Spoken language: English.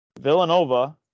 Villanova